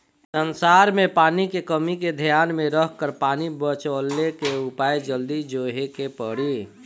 संसार में पानी के कमी के ध्यान में रखकर पानी बचवले के उपाय जल्दी जोहे के पड़ी